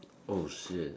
oh shit